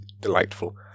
delightful